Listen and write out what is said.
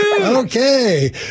Okay